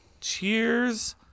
Cheers